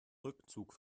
rückzug